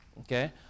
Okay